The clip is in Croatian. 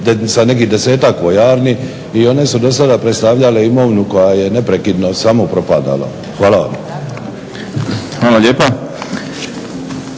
sa nekih desetak vojarni i one su do sada predstavljale imovinu koja je neprekidno samo propadala. Hvala vam. **Šprem,